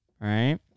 right